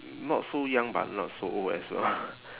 not so young but not so old as well